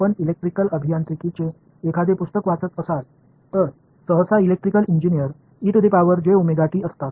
आपण इलेक्ट्रिकल अभियांत्रिकीचे एखादे पुस्तक वाचत असाल तर सहसा इलेक्ट्रिकल इंजिनियर असतात